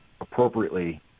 appropriately